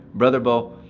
brother bo,